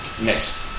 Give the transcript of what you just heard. Next